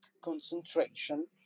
concentration